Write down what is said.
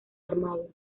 armado